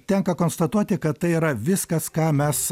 tenka konstatuoti kad tai yra viskas ką mes